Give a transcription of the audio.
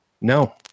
no